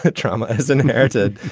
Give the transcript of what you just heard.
ah trauma is an inherited.